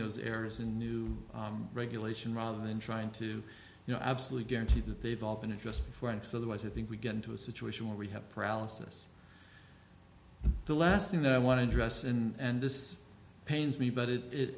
those errors in new regulation rather than trying to you know absolutely guarantee that they've all been addressed before and so that i think we get into a situation where we have paralysis the last thing that i want to dress and this pains me but it it